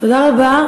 תודה רבה.